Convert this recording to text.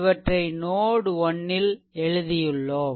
இவற்றை நோட் 1 ல் எழுதியுள்ளோம்